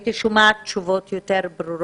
הייתי שומעת תשובות יותר ברורות.